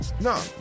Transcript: No